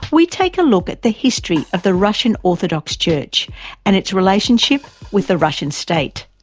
we take a look at the history of the russian orthodox church and its relationship with the russian state.